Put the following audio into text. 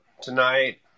tonight